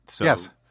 Yes